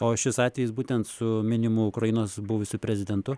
o šis atvejis būtent su minimu ukrainos buvusiu prezidentu